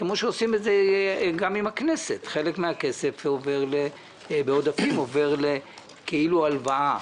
כמו שעושים את זה גם עם הכנסת חלק מהכסף בעודפים עובר לכאילו הלוואה.